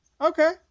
Okay